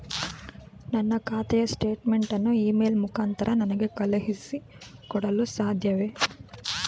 ನನ್ನ ಖಾತೆಯ ಸ್ಟೇಟ್ಮೆಂಟ್ ಅನ್ನು ಇ ಮೇಲ್ ಮುಖಾಂತರ ನನಗೆ ಕಳುಹಿಸಿ ಕೊಡಲು ಸಾಧ್ಯವೇ?